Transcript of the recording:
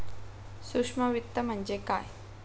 सूक्ष्म वित्त म्हणजे काय?